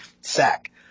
sack